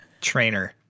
trainer